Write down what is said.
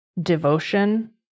devotion